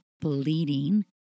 bleeding